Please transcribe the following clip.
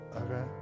okay